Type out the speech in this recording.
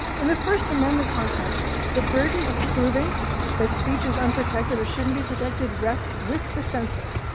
in the first amendment context, the burden of proving that speech is unprotected or shouldn't be protected rests with the censor,